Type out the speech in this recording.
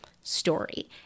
story